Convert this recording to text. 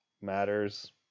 matters